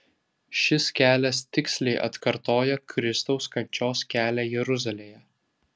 šis kelias tiksliai atkartoja kristaus kančios kelią jeruzalėje